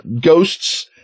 ghosts